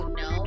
no